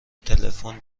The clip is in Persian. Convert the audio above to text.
تلفن